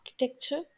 architecture